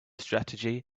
strategy